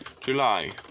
July